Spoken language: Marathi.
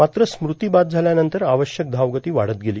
मात्र स्मृती बाद झाल्यानंतर आवश्यक धावगती वाढत गेली